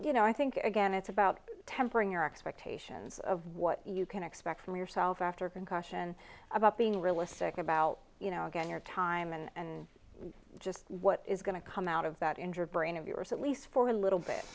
you know i think again it's about tempering your expectations of what you can expect from yourself after concussion about being realistic about you know again your time and just what is going to come out of that injured brain of yours at least for a little bit